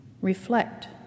Reflect